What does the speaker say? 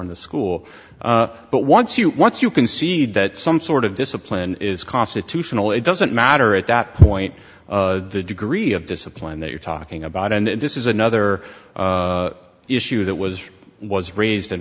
rn the school but once you once you can see that some sort of discipline is constitutional it doesn't matter at that point the degree of discipline that you're talking about and this is another issue that was was raised